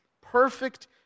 perfect